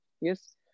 yes